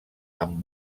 amb